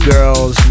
Girls